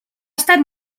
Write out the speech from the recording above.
estat